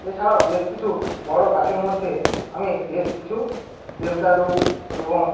এছাড়াও বেশ কিছু বড়ো গাছের মধ্যে আমি বেশ কিছু দেবদারু এবং